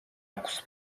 აქვს